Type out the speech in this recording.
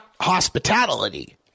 Hospitality